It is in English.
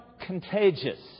contagious